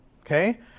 Okay